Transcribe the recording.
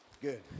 Good